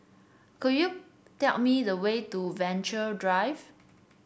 could you tell me the way to Venture Drive